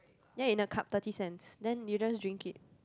ya in a cup thirty cents then you just drink it